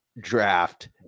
draft